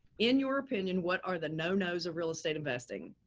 in your opinion, what are the no-nos of real estate investing?